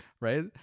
right